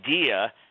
idea